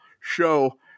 show